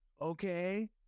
okay